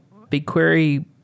BigQuery